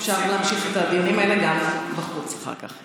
אפשר להמשיך את הדיונים האלה גם בחוץ אחר כך,